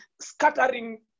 scattering